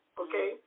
okay